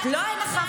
לא נכון,